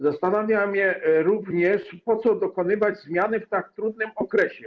Zastanawia mnie również, po co dokonywać zmiany w tak trudnym okresie.